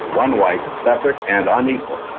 one white separate and unequal.